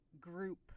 group